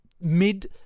mid